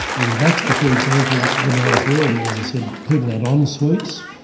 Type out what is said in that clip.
in baxter for example when i was there. and as i said, people had en-suites.